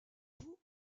vous